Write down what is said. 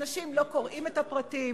אנשים לא קוראים את הפרטים.